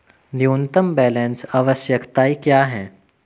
न्यूनतम बैलेंस आवश्यकताएं क्या हैं?